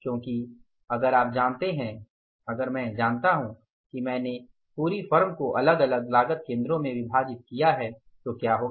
क्योंकि अगर आप जानते हैं अगर मै जानता हूँ कि मैंने पूरी फर्म को अलग अलग लागत केंद्रों में विभाजित किया है तो क्या होगा